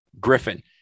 Griffin